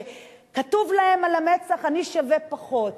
וכתוב להם על המצח: אני שווה פחות,